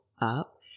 up